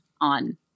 on